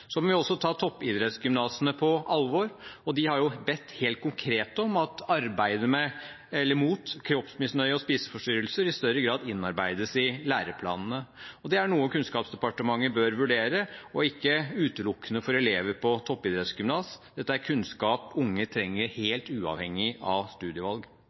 Så må vi også ta toppidrettsgymnasene på alvor, og de har jo bedt helt konkret om at arbeidet mot kroppsmisnøye og spiseforstyrrelser i større grad innarbeides i læreplanene. Det er noe Kunnskapsdepartementet bør vurdere, og ikke utelukkende for elever på toppidrettsgymnas; dette er kunnskap unge trenger, helt uavhengig av studievalg.